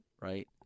right